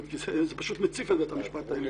כי זה מציף את בית המשפט העליון.